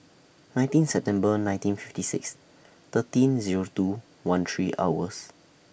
nineteen September nineteen fifty six thirteen Zero two one three hours